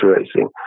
racing